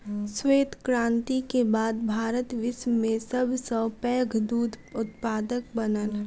श्वेत क्रांति के बाद भारत विश्व में सब सॅ पैघ दूध उत्पादक बनल